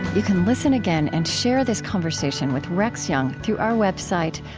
you can listen again and share this conversation with rex jung through our website,